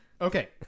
Okay